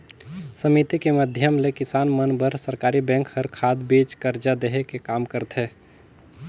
समिति के माधियम ले किसान मन बर सरकरी बेंक हर खाद, बीज, करजा देहे के काम करथे